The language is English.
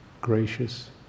gracious